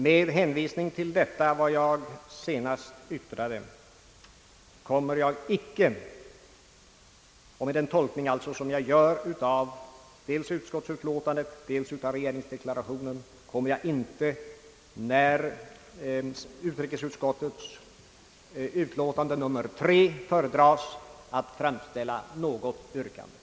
Med hänvisning till vad jag nu senast anfört och med den tolkning som jag alltså gör av dels utskottsutlåtandet och dels regeringsdeklarationen kommer jag inte, herr talman, när utrikesutskottets utlåtande nr 3 föredras att framställa något yrkande.